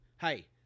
Hey